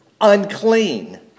unclean